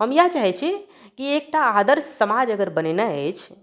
हम इएह चाहैत छी कि एकटा आदर्श समाज अगर बनेनाइ अछि